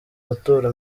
matora